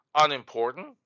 unimportant